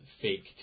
fake